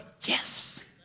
yes